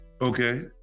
Okay